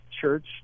church